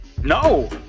No